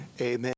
amen